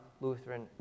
Lutheran